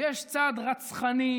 ויש צד רצחני,